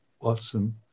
Watson